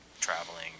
traveling